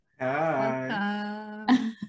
Hi